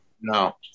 no